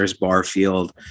barfield